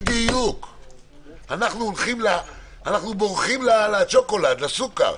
אנחנו בורחים לשוקולד, לסוכר.